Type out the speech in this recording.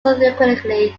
subsequently